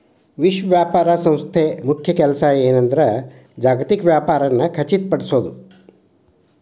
ವಿಶ್ವ ವ್ಯಾಪಾರ ಸಂಸ್ಥೆ ಮುಖ್ಯ ಕೆಲ್ಸ ಏನಂದ್ರ ಜಾಗತಿಕ ವ್ಯಾಪಾರನ ಖಚಿತಪಡಿಸೋದ್